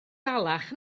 dalach